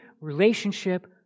relationship